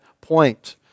point